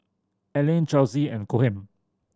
Aleen Chessie and Cohen